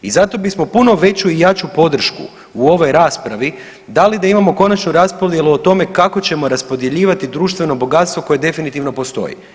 I zato bismo puno veću i jaču podršku u ovoj raspravi dali da imamo konačnu raspodjelu o tome kako ćemo raspodjeljivati društveno bogatstvo koje definitivno postoji.